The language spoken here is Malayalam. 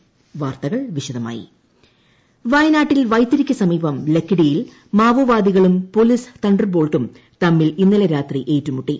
മാവോവാദി വയനാട്ടിൽ വൈത്തിരിക്ക് സമീപം ലക്കിടിയിൽ മാവോവാദികളും പോലീസ് തണ്ടർബോൾട്ടും തമ്മിൽ ഇന്നലെ രാത്രി ഏറ്റുമുട്ടി